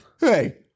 hey